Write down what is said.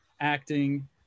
acting